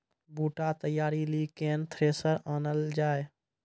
बूटा तैयारी ली केन थ्रेसर आनलऽ जाए?